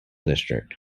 district